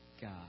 God